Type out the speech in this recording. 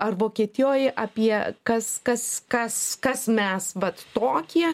ar vokietijoj apie kas kas kas kas mes vat tokie